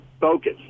Focus